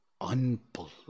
unbelievable